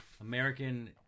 American